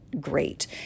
great